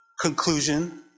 conclusion